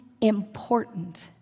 important